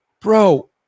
Bro